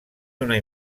donar